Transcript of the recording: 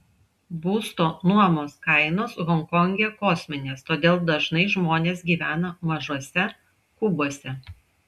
būsto nuomos kainos honkonge kosminės todėl dažnai žmonės gyvena mažuose kubuose